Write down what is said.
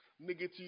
negative